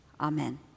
amen